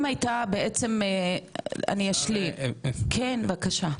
אם הייתה בעצם, כן בבקשה.